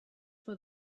for